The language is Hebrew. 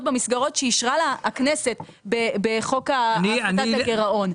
במסגרות שאישרה לה הכנסת בחוק הפחתת הגירעון.